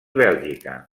bèlgica